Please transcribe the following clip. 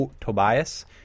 tobias